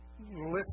listen